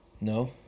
no